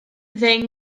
ddeg